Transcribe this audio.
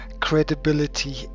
credibility